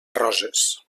roses